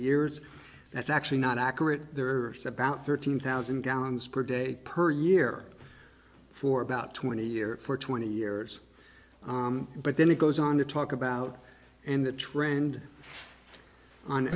years that's actually not accurate there are said about thirteen thousand gallons per day per year for about twenty years for twenty years but then it goes on to talk about and the trend on